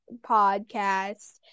podcast